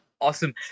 Awesome